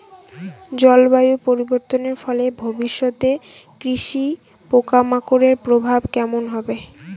জলবায়ু পরিবর্তনের ফলে ভবিষ্যতে কৃষিতে পোকামাকড়ের প্রভাব কেমন হবে?